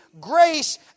grace